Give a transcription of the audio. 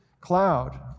cloud